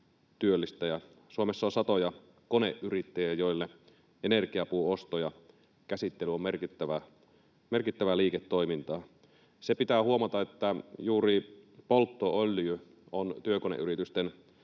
Suomessa on satoja koneyrittäjiä, joille energiapuun osto ja käsittely on merkittävää liiketoimintaa. Se pitää huomata, että juuri polttoöljy on työkoneyritysten